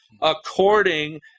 according